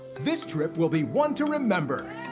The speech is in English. this trip will be one to remember.